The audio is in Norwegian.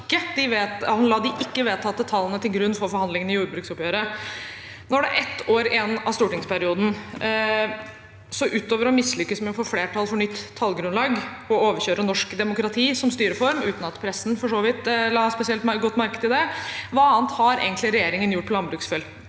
han la de ikke vedtatte tallene til grunn for forhandlingene i jordbruksoppgjøret. Nå er det ett år igjen av stortingsperioden. Utover å mislykkes med å få flertall for nytt tallgrunnlag og overkjøre norsk demokrati som styreform – uten at pressen for så vidt la spesielt godt merke til det – hva annet har regjeringen egentlig gjort på landbruksfeltet?